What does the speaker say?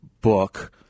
book